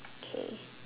okay